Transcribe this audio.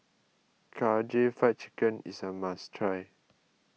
Karaage Fried Chicken is a must try